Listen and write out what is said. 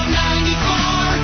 94